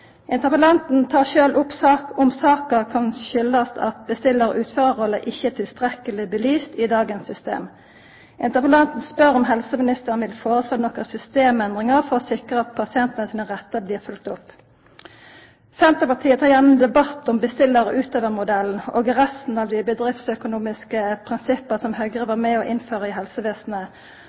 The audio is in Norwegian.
Interpellanten tek sjølv opp om saka kan ha si årsak i at bestillarrolla og utførarrolla ikkje er tilstrekkeleg belyste i dagens system. Interpellanten spør om helseministeren vil foreslå nokre systemendringar for å sikra at pasientane sine rettar blir følgde opp. Senterpartiet tek gjerne ein debatt om bestillar- og utførarmodellen og resten av dei bedriftsøkonomiske prinsippa som Høgre var med på å innføra i helsevesenet,